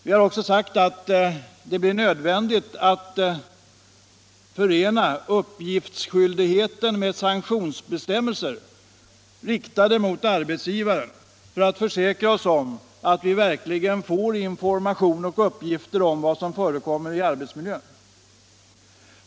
Vi har också sagt att det blir nödvändigt att förena uppgiftsskyldigheten med sanktionsbestämmelser riktade mot arbetsgivaren för att försäkra oss om att vi verkligen får information om arbetsmiljön.